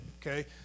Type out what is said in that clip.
Okay